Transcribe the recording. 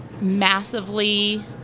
massively